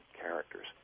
characters